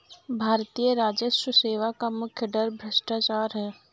भारतीय राजस्व सेवा का मुख्य डर भ्रष्टाचार है